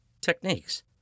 techniques